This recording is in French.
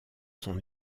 son